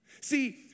See